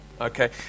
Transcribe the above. Okay